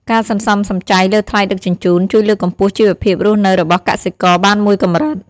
ការសន្សំសំចៃលើថ្លៃដឹកជញ្ជូន ជួយលើកកម្ពស់ជីវភាពរស់នៅរបស់កសិករបានមួយកម្រិត។